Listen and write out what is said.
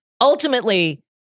Ultimately